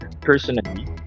personally